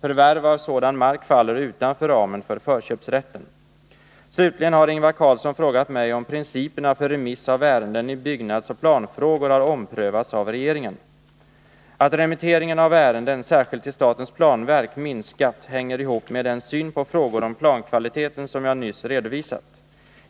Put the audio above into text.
Förvärv av sådan mark faller utanför ramen för förköpsrätten. Slutligen har Ingvar Carlsson frågat mig, om principerna för remiss av ärenden i byggnadsoch planfrågor har omprövats av regeringen. Att remitteringen av ärenden — särskilt till statens planverk — minskat hänger ihop med den syn på frågor om plankvaliteten som jag nyss redovisat.